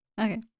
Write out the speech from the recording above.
Okay